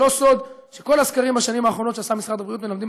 שלא סוד שכל הסקרים בשנים האחרונות שעשה משרד הבריאות מלמדים